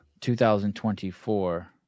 2024